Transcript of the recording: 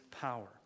power